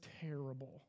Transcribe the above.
terrible